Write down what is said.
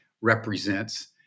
represents